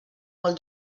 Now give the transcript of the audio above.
vol